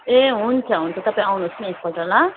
ए हुन्छ हुन्छ तपाईँ आउनुहोस् न एकपल्ट ल